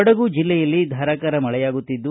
ಕೊಡಗು ಜಿಲ್ಲೆಯಲ್ಲಿ ಧಾರಾಕಾರ ಮಳೆಯಾಗುತ್ತಿದ್ದು